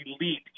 elite